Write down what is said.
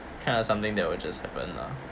kind of something that would just happen lah